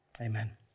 amen